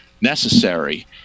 necessary